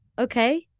Okay